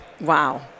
Wow